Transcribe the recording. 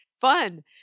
fun